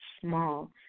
small